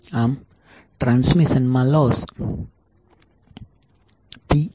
આમ ટ્રાન્સમિશન માં loss Ploss2IL2R2RPL2VL2 થશે